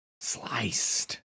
sliced